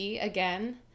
again